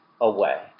away